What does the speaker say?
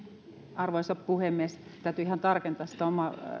arvoisa puhemies täytyy ihan tarkentaa omaa